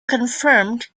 confirmed